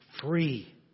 free